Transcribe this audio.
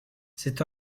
cet